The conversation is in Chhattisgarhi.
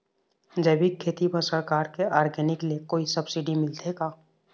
जैविक खेती म सरकार के ऑर्गेनिक ले कोई सब्सिडी मिलथे का?